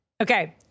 Okay